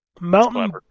Mountain